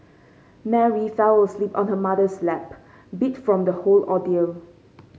Mary fell asleep on her mother's lap beat from the whole ordeal